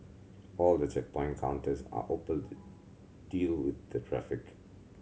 all the checkpoint counters are open to deal with the traffic